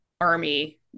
army